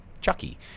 chucky